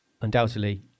undoubtedly